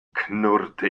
knurrte